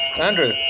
Andrew